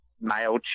male